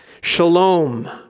Shalom